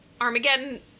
Armageddon